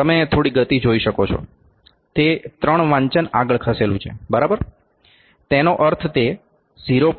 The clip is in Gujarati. તમે થોડી ગતિ જોઈ શકો છો તે ત્રણ વાંચન આગળ ખસેલું છે બરાબર તેનો અર્થ તે 0